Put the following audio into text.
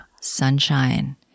sunshine